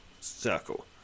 circle